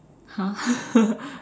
!huh!